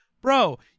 Bro